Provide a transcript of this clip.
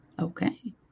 Okay